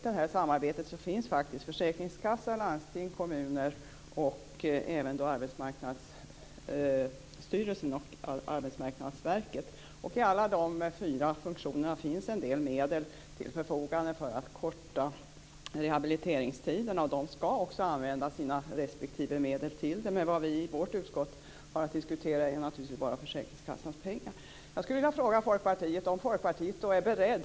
Men i samarbetet finns faktiskt försäkringskassa, landsting, kommuner och även Arbetsmarknadsstyrelsen samt Arbetsmarknadsverket. I alla dessa funktioner finns en del medel till förfogande för att korta rehabiliteringstiderna. Respektive medel skall också användas till detta. Vad vi har att diskutera i vårt utskott är naturligtvis bara försäkringskassans pengar.